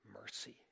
mercy